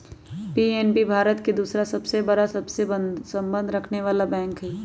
PNB Bharat के दूसरा सबसे बड़ा सबसे संबंध रखनेवाला बैंक हई